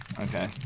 okay